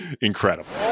incredible